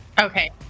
Okay